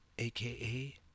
AKA